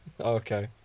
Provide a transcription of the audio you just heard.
Okay